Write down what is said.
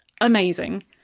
amazing